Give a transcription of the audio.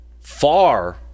far